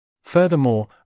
Furthermore